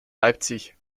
leipzig